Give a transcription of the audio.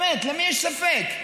באמת, למי יש ספק?